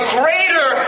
greater